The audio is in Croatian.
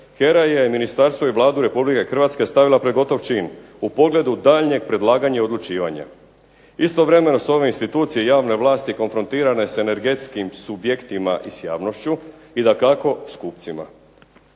HERA je ministarstvo i Vladu Republike Hrvatske stavila pred gotov čin u pogledu daljnjeg predlaganja i odlučivanja. Istovremeno s ove institucije javne vlasti konfrontirano s energetskim subjektima i s javnošću i dakako s kupcima.